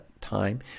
time